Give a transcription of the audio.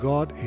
God